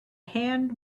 hand